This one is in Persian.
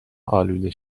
آلوده